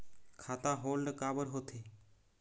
खाता होल्ड काबर होथे?